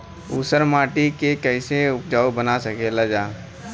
ऊसर माटी के फैसे उपजाऊ बना सकेला जा?